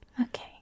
Okay